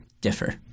differ